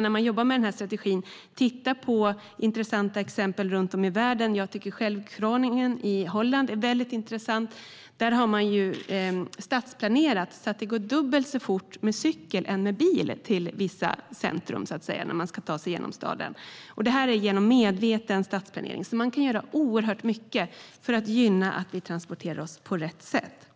När man jobbar med strategin skulle man kunna titta på intressanta exempel runt om i världen. Jag tycker att Groningen i Holland är väldigt intressant. Där har medveten stadsplanering lett till att det går dubbelt så fort att ta sig genom staden till vissa centrum med cykel som det gör med bil. Man kan alltså göra oerhört mycket för att gynna att vi transporterar oss på rätt sätt.